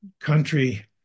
country